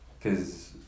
cause